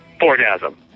orgasm